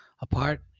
apart